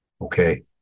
Okay